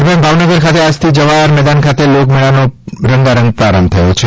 દરમિયાન ભાવનગર ખાતે આજથી જવાહર મેદાન ખાતે લોકમેળાનો રંગારંગ પ્રારંભ થયો છે